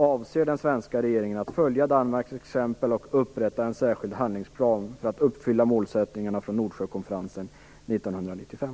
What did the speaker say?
Avser den svenska regeringen att följa Danmarks exempel och upprätta en särskild handlingsplan för att uppfylla målsättningarna från Nordsjökonferensen 1995?